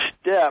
step